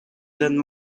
than